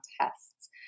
tests